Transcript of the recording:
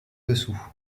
dessous